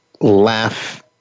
laugh